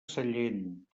sallent